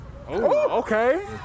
Okay